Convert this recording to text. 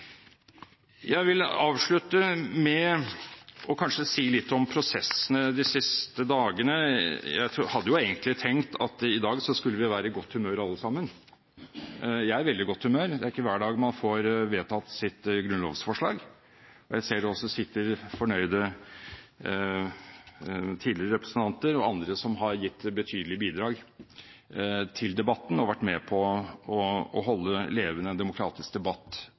Jeg vil avslutte med å si litt om prosessene de siste dagene. Jeg hadde egentlig tenkt at i dag skulle vi være i godt humør alle sammen. Jeg er i veldig godt humør – det er ikke hver dag man får vedtatt sitt grunnlovsforslag. Jeg ser det også sitter fornøyde tidligere representanter her og andre som har gitt betydelige bidrag til debatten, og vært med på å holde en levende demokratisk debatt,